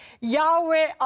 Yahweh